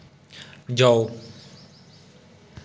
जाओ